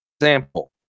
example